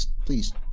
Please